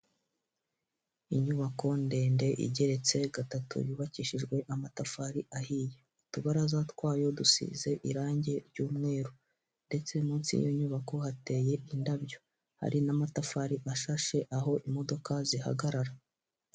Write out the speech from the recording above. Inyubako ndende igeretse gatatu yubakishijwe amatafari ahiye, utubaraza twayo dusize irangi ry'umweru, ndetse munsi y'iyo nyubako hateye indabyo hari n'amatafari ashashe aho imodoka zihagarara.